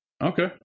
Okay